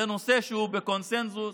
זה נושא שהוא בקונסנזוס,